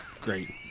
Great